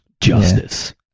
Justice